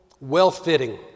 well-fitting